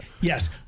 yes